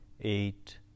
eight